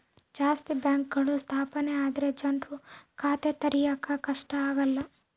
ಜಾಸ್ತಿ ಬ್ಯಾಂಕ್ಗಳು ಸ್ಥಾಪನೆ ಆದ್ರೆ ಜನ್ರು ಖಾತೆ ತೆರಿಯಕ್ಕೆ ಕಷ್ಟ ಆಗಲ್ಲ